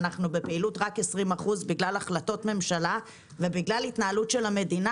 אנחנו בפעילות רק 20% בגלל החלטות ממשלה ובגלל התנהלות של המדינה,